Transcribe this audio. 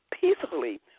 peacefully